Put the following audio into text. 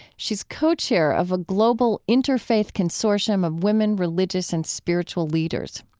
she's co-chair of a global interfaith consortium of women, religious and spiritual leaders.